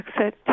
exit